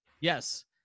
Yes